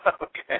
Okay